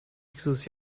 dieses